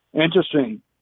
Interesting